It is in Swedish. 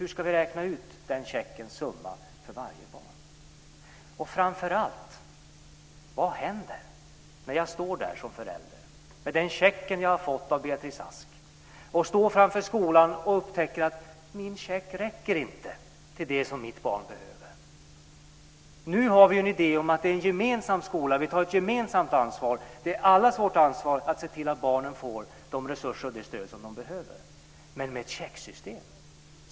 Hur ska vi räkna ut vilken summa som ska stå på checken för varje barn? Vad händer när jag som förälder står framför skolan med den check jag har fått av Beatrice Ask och upptäcker att pengarna inte räcker till det mitt barn behöver? Det är allas vårt ansvar att se till att barnen får de resurser och det stöd som de behöver. Men ska vi ha ett checksystem?